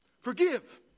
forgive